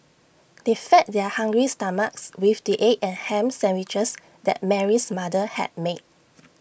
they fed their hungry's stomachs with the egg and Ham Sandwiches that Mary's mother had made